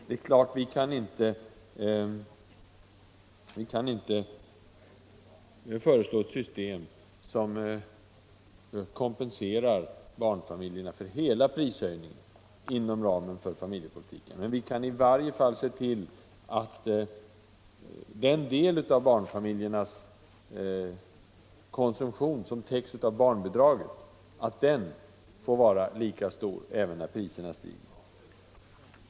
Vi kan inte nu föreslå ett system inom ramen för familjepolitiken, som kompenserar barnfamiljerna för hela prishöjningen. Men vi kan i varje fall se till att den del av barnfamiljernas konsumtion, som täcks av barnbidraget, får vara lika stor även när priserna stiger.